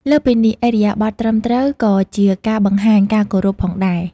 លើសពីនេះ ឥរិយាបថត្រឹមត្រូវក៏ជាការបង្ហាញ ការគោរព ផងដែរ។